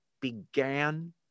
began